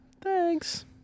Thanks